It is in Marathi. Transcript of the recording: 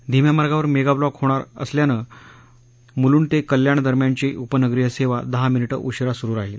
धीम्या मार्गावर मेगाब्लॉक होणार असल्यानं मुलुंड ते कल्याण दरम्यानची उपनगरीय सेवा दहा मिनीटं उशीरा सुरु राहिल